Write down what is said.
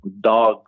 dogs